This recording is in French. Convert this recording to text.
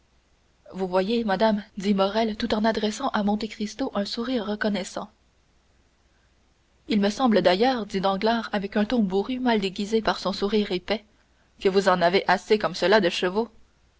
vous voyez madame dit morrel tout en adressant à monte cristo un sourire reconnaissant il me semble d'ailleurs dit danglars avec un ton bourru mal déguisé par son sourire épais que vous en avez assez comme cela de chevaux